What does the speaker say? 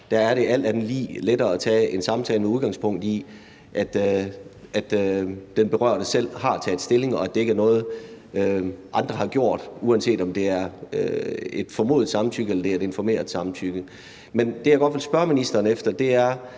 er det alt andet lige lettere at tage en samtale med udgangspunkt i, at den berørte selv har taget stilling, og at det ikke er noget, andre har gjort, uanset om det er et formodet samtykke eller et informeret samtykke. Men jeg hørte også ministeren sige, at